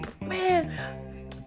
man